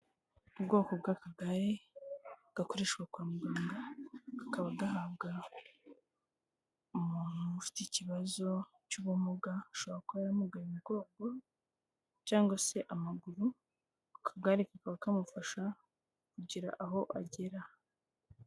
Ubwoko bw'akagare gakoreshwa kwa muganga, kakaba gahabwa, umuntu ufite ikibazo, cy'ubumuga, ashobora kuba yamugaye bwoko cyangwa se amaguru, aka kagare kakaba kamufasha kugira aho agera.